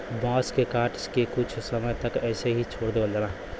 बांस के काट के कुछ समय तक ऐसे ही छोड़ देवल जाला